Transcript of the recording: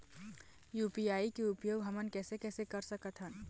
UPI के उपयोग हमन कैसे कैसे कर सकत हन?